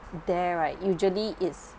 there right usually it's